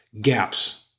gaps